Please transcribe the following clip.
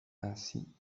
ainsi